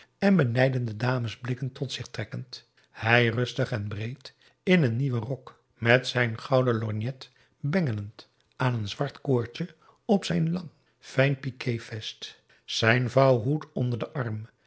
en benijdende dames blikken tot zich trekkend hij rustig en breed in een nieuwen rok met zijn gouden lorgnet bengelend aan een zwart koordje op zijn lang fijn piquévest zijn vouwhoed onder den arm